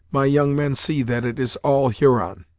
my young men see that it is all huron.